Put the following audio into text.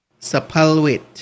Sapalwit